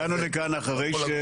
על כל הגוף הזה,